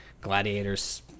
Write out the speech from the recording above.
gladiators